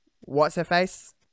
What's-her-face